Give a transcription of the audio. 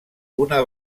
una